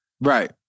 Right